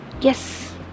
Yes